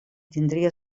tindria